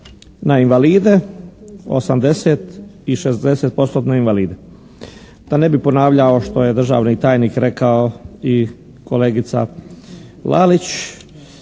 na invalide 80 i 60 postotne invalide. Da ne bih ponavljao što je državni tajnik rekao i kolegica Lalić.